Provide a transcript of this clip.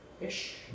ish